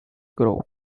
grove